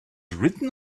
written